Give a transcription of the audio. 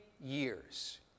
years